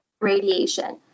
radiation